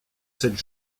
cette